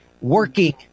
working